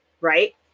right